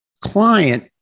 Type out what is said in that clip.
client